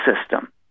system